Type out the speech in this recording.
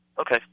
Okay